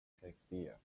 shakespeare